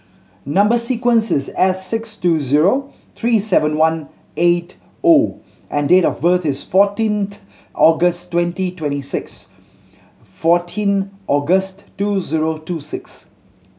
number sequence is S six two zero three seven one eight O and date of birth is fourteenth August twenty twenty six fourteen August two zero two six